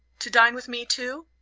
to dine with me too?